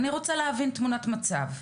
אני רוצה להבין תמונת מצב.